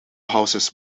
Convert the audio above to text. houses